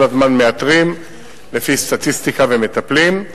כל הזמן מאתרים לפי סטטיסטיקה ומטפלים.